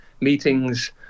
meetings